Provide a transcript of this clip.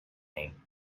name